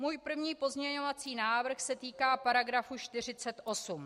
Můj první pozměňovací návrh se týká § 48.